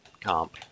comp